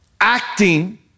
acting